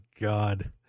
God